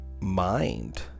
mind